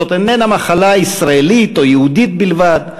זאת איננה מחלה ישראלית או יהודית בלבד,